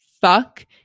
fuck